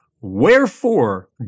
wherefore